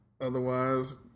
Otherwise